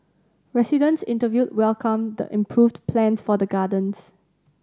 residents interviewed welcomed the improved plans for the gardens